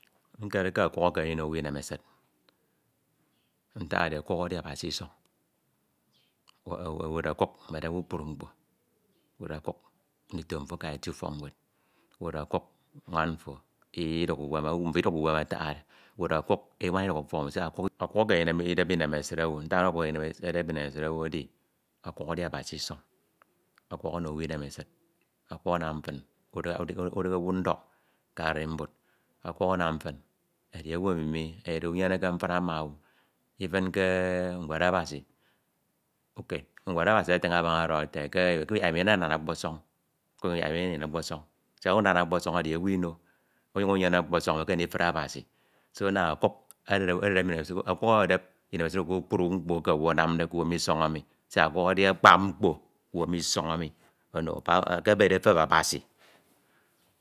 Nkere ke ọkuk ekeme ndiro owu inemesid ntak edi oro ọkuk edide Asasi isọñ with ọkuk medep kpukpru mkpo, with ọkuk ndito mfo aka eti ufọk ñeed, with ọkuk nwan mfo idukhọ uwem, mbufo idukhọ uwem atuhaede. With ọkuk ebuana ebup ufọk siak okuk ukeme ndinan ndidep inemesid owu Ntak ndọhọde ke okuk enem ekeme ndidep enemesid ane edi, ọkuk edi Abasi isọñ, okuk ono owu inemesid, okuk anam fin udihe owu ndọk ka arimbud, ọkuk ọnyuñ anam fin edi owu emi edide unyeneke mfina ma owu ifin ke ñwed Abasi ñwed Abasi afiñ abaña ọdọhọ nte ke ikuyak emo inana ọkpọsọñ kunyuñ iyak imo inyenyene ọkpọsọñ siak unanan ọkpọsọñ edi owu ino, unyuñ nyenyene ọkpọsọñ mekeme ndifne Abasi so anam ọkuk ededep inemesid owu, ke kpukpru mkpo eke owu anamde k'isọñ emi siak ọkuk edi akpa mkpo k'uwem isọñ emi ono ke ebede efep Abasi.